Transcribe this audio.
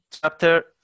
chapter